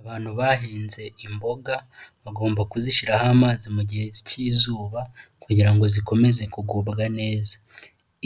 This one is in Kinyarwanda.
Abantu bahinze imboga, bagomba kuzishyiraho amazi mu gihe cy'izuba kugira ngo zikomeze kugubwabwa neza.